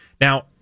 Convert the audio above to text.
Now